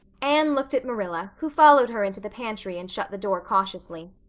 anne looked at marilla, who followed her into the pantry and shut the door cautiously.